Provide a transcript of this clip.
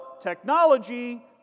technology